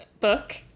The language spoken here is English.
book